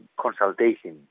consultation